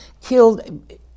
killed